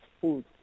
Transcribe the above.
food